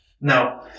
No